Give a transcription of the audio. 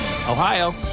Ohio